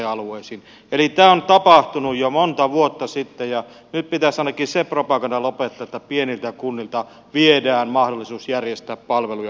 eli tämä on tapahtunut jo monta vuotta sitten ja nyt pitäisi ainakin se propaganda lopettaa että pieniltä kunnilta viedään mahdollisuus järjestää palveluja